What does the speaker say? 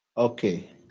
Okay